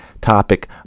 topic